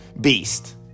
beast